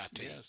Yes